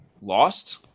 lost